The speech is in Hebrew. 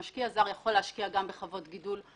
משקיע זר יכול גם להשקיע בחוות גידול.